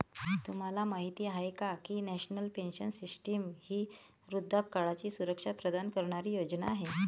तुम्हाला माहिती आहे का की नॅशनल पेन्शन सिस्टीम ही वृद्धापकाळाची सुरक्षा प्रदान करणारी योजना आहे